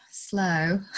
slow